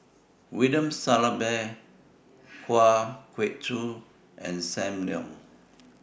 William Shellabear Kwa Geok Choo and SAM Leong